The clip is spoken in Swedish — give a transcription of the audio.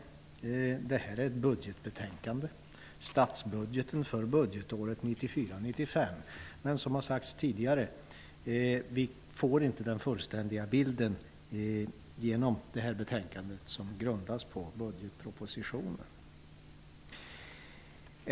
Detta betänkande är ett budgetbetänkande: Statsbudgeten för budgetåret 1994/95. Men som det har sagts tidigare får vi inte den fullständiga bilden genom detta betänkande, som grundas på budgetpropositionen.